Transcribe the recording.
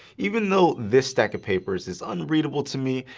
even though this stack of paper is is unreadable to me,